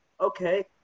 Okay